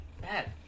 Bad